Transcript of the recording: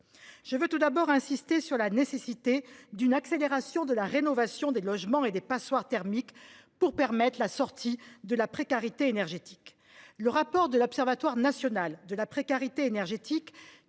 Je veux tout d'abord insisté sur la nécessité d'une accélération de la rénovation des logements et des passoires thermiques pour permettre la sortie de la précarité énergétique. Le rapport de l'Observatoire national de la précarité énergétique